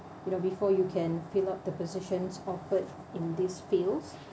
you know before you can fill out the positions offered in this field